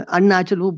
Unnatural